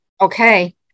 okay